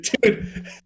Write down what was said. Dude